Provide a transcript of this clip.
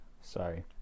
Sorry